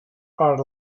are